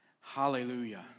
hallelujah